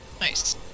Nice